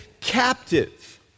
captive